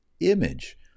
image